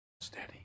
Steady